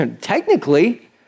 Technically